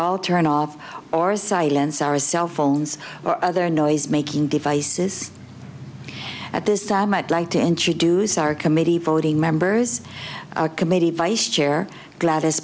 all turn off or silence our cell phones or other noisemaking devices at this time i'd like to introduce our committee voting members our committee vice chair gladys